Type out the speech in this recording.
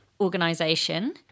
organization